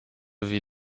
wie